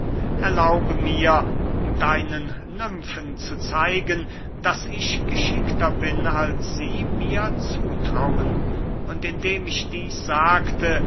erlaube mir deinen nymfen zu zeigen daß ich geschickter bin als sie mir zutrauen und indem ich dieß sagte